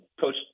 Coach